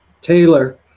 Taylor